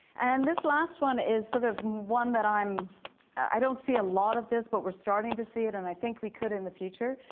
and this last one is sort of one that i don't see a lot of this, but we're starting to see it, and i think we could in the future.